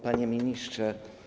Panie Ministrze!